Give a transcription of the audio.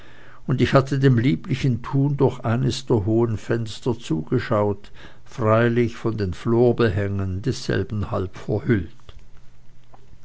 und ich hatte dem lieblichen tun durch eines der hohen fenster zugeschaut freilich von den florbehängen desselben halb verhüllt